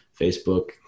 Facebook